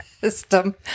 system